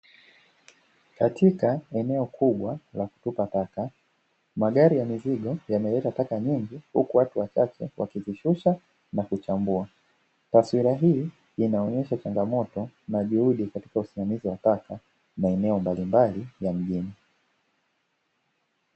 Katika eneo kubwa la kutupa taka magari ya mizigo yameleta taka nyingi huku watu wachache wakizishusha na kuchambua, taswira hii inaonyesha changamoto na juhudi katika usimamizi wa taka maeneo mbalimbali ya mjini.